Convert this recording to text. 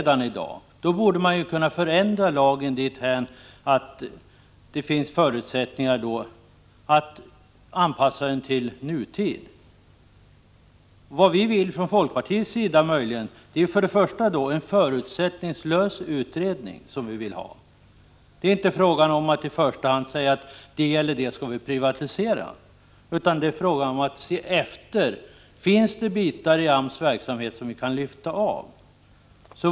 Då borde man kunna förändra lagen så att den anpassas till nutiden. Folkpartiet vill först och främst ha en förutsättningslös utredning. Det är inte fråga om att säga att det och det skall vi privatisera, utan om att se efter om det finns bitar i AMS verksamhet som vi kan lyfta av.